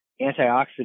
antioxidant